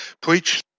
preach